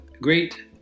great